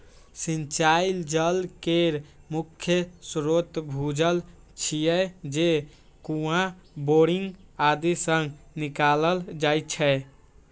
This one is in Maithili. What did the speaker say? सिंचाइ जल केर मुख्य स्रोत भूजल छियै, जे कुआं, बोरिंग आदि सं निकालल जाइ छै